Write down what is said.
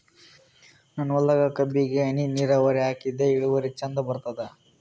ನನ್ನ ಹೊಲದಾಗ ಕಬ್ಬಿಗಿ ಹನಿ ನಿರಾವರಿಹಾಕಿದೆ ಇಳುವರಿ ಚಂದ ಬರತ್ತಾದ?